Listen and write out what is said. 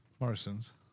Morrison's